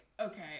okay